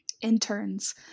Interns